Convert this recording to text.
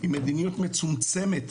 היא מדיניות מצומצמת,